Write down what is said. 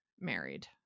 married